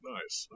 Nice